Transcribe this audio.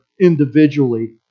individually